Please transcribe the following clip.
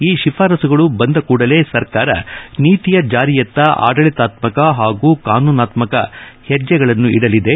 ಆ ಶಿಫಾರಸುಗಳು ಬಂದ ಕೂಡಲೇ ಸರಕಾರ ನೀತಿಯ ಜಾರಿಯತ್ತ ಆಡಳಿತಾತ್ಮಕ ಹಾಗೂ ಕಾನೂನಾತ್ಮಕ ಹೆಜ್ಜೆಗಳನ್ನು ಇಡಲಿದೆ